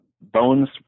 Bones